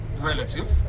relative